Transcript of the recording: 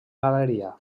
galeria